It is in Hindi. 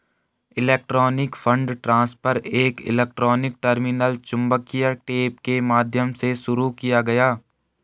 इलेक्ट्रॉनिक फंड ट्रांसफर एक इलेक्ट्रॉनिक टर्मिनल चुंबकीय टेप के माध्यम से शुरू किया गया